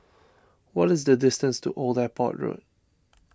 what is the distance to Old Airport Road